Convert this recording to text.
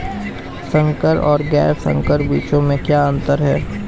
संकर और गैर संकर बीजों में क्या अंतर है?